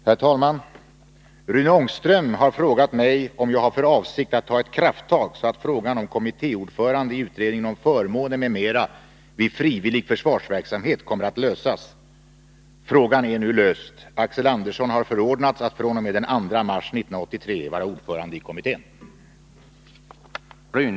Herr talman! Rune Ångström har frågat mig om jag har för avsikt att ta ett krafttag så att frågan om kommittéordförande i utredningen om förmåner m.m. vid frivillig försvarsverksamhet kommer att lösas. Frågan är nu löst. Axel Andersson har förordnats att fr.o.m. den 2 mars 1983 vara ordförande i kommittén.